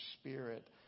spirit